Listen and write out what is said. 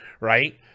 right